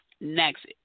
Next